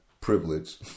privilege